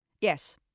Yes